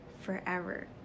forever